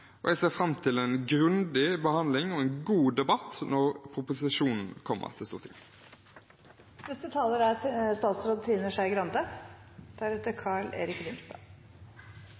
og jeg ser fram til en grundig behandling og en god debatt når proposisjonen kommer til Stortinget. Jeg er